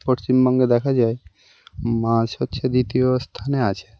পশ্চিমবঙ্গে দেখা যায় মাছ হচ্ছে দ্বিতীয় স্থানে আছে